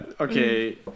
Okay